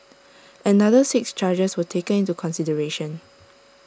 another six charges were taken into consideration